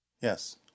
Yes